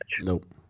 Nope